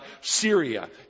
Syria